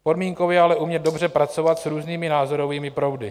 Podmínkou je ale umět dobře pracovat s různými názorovými proudy.